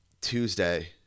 Tuesday